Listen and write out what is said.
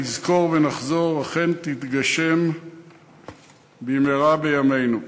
נזכור ונחזור, אכן תתגשם במהרה בימינו.